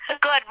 good